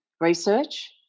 research